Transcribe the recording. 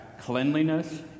cleanliness